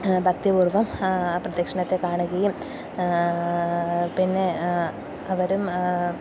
ഭക്തിപൂർവ്വം പ്രദക്ഷിണത്തെ കാണുകയും പിന്നെ അവരും